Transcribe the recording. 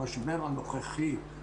והבאנו תכנית מסודרת כמובן למנכ"ל כלכלה.